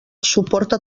suporta